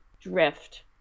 drift